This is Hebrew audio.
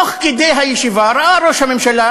תוך כדי הבאת הרשימה ראה ראש הממשלה